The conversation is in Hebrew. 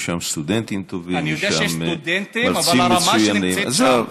יש שם סטודנטים טובים, יש שם מרצים מצוינים.